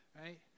right